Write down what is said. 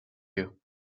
you